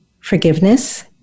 Forgiveness